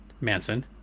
Manson